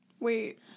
Wait